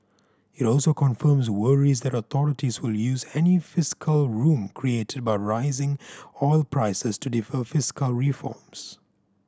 it also confirms worries that authorities will use any fiscal room created by rising oil prices to defer fiscal reforms